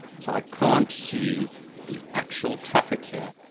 so i can't see the actual traffic here.